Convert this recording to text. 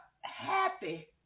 happy